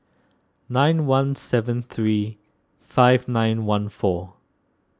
nine one seven three five nine one four